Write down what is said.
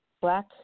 black